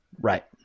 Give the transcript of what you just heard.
Right